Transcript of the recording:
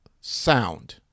sound